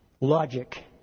logic